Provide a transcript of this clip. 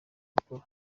gukora